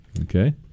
Okay